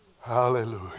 Hallelujah